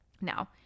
Now